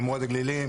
אני נמרוד הגלילי,